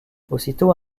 aussitôt